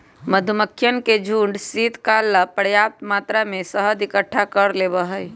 मधुमक्खियन के झुंड शीतकाल ला पर्याप्त मात्रा में शहद इकट्ठा कर लेबा हई